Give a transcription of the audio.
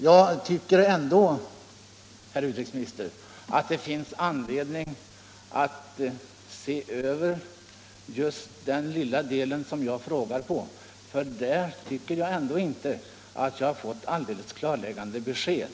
Jag tycker ändå, herr utrikesminister, att det finns anledning att se över just den del av lagen som jag frågar om, för där tycker jag inte Om svenskt att jag har fått ett alldeles klarläggande besked.